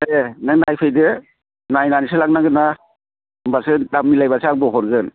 दे नों नायफैदो नायनानैसो लांनांगोन ना होमबासो दाम मिलायबायो आंबो हरगोन